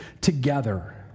together